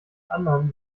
anderen